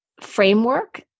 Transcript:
framework